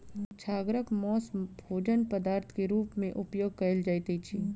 छागरक मौस भोजन पदार्थ के रूप में उपयोग कयल जाइत अछि